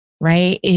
right